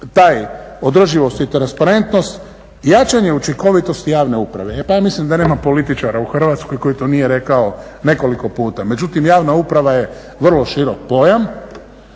taj održivost i transparentnost jačanje učinkovitosti javne uprave. E pa ja mislim da nema političara u Hrvatskoj koji to nije rekao nekoliko puta. Međutim, javna uprava je vrlo širok pojam